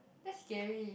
that's scary